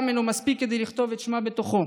אינו מספיק כדי לכתוב את שמה בתוכו.